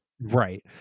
right